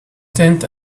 tent